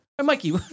Mikey